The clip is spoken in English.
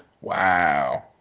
Wow